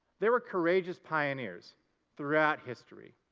there were courageous pioneers throughout history,